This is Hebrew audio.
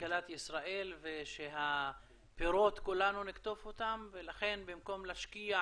בכלכלת ישראל ושאת הפירות כולנו נקטוף ולכן במקום להשקיע